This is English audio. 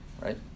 right